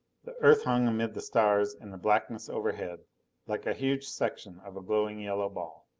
the earth hung amid the stars in the blackness overhead like a huge section of a glowing yellow ball.